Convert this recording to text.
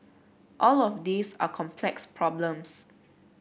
all of these are complex problems